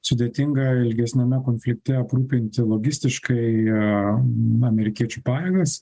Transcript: sudėtinga ilgesniame konflikte aprūpinti logistiškai amerikiečių pajėgas